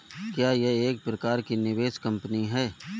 क्या यह एक प्रकार की निवेश कंपनी है?